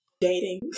dating